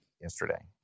yesterday